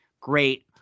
great